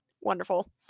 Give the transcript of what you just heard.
wonderful